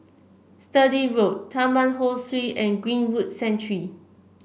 Sturdee Road Taman Ho Swee and Greenwood Sanctuary